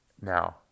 now